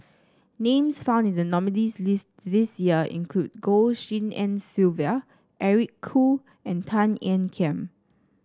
names found in the nominees' list this year include Goh Tshin En Sylvia Eric Khoo and Tan Ean Kiam